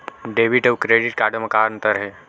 Debit अउ credit म का अंतर हे?